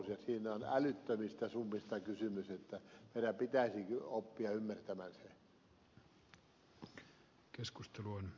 siinä on niin älyttömistä summista kysymys että meidän pitäisi oppia ymmärtämään se